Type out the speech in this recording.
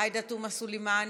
עאידה תומא סלימאן,